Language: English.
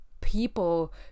people